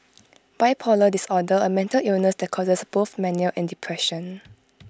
bipolar disorder A mental illness that causes both mania and depression